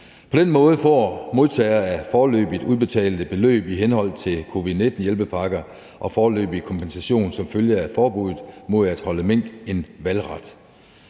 På den måde får modtagere af foreløbigt udbetalte beløb i henhold til covid-19-hjælpepakker og foreløbig kompensation som følge af forbuddet mod at holde mink en valgret.